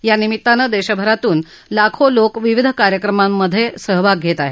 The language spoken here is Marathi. यानिमित्ताने देशभरातून लाखो लोक विविध कार्यक्रमांमध्ये भाग घेतील